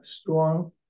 strong